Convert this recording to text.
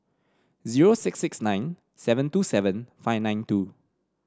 zero six six nine seven two seven five nine two